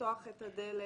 לפתוח את הדלת,